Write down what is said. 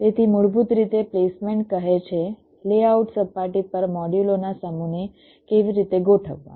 તેથી મૂળભૂત રીતે પ્લેસમેન્ટ કહે છે લેઆઉટ સપાટી પર મોડ્યુલો ના સમૂહને કેવી રીતે ગોઠવવા